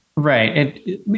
Right